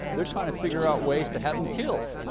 they're trying to figure out ways to have him killed.